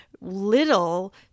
little